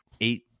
eight